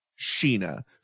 sheena